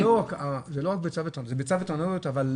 אבל זה לא רק ביצה ותרנגולת,